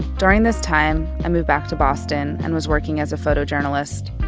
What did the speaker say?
during this time, i moved back to boston and was working as a photojournalist.